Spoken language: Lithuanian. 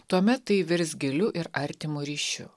tuomet tai virs giliu ir artimu ryšiu